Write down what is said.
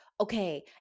okay